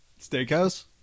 Steakhouse